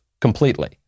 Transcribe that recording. completely